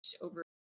over